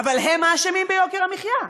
אבל הם האשמים ביוקר המחיה,